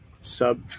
sub